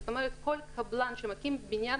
זאת אומרת, כל קבלן שמקים בניין